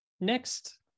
next